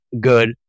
good